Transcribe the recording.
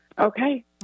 Okay